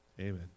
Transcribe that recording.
Amen